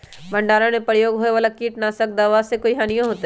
भंडारण में प्रयोग होए वाला किट नाशक दवा से कोई हानियों होतै?